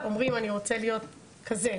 אומרים אני רוצה להיות כזה.